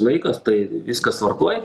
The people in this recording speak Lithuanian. laiką tai viskas tvarkoj